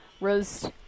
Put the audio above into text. rose